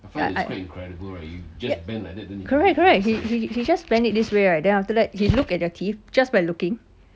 uh I correct correct he he he just bend it this way right then after that he look at the teeth just by looking